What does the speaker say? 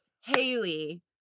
Haley